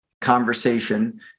conversation